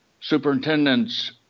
superintendents